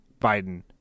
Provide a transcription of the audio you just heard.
Biden